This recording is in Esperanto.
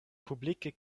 publike